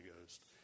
Ghost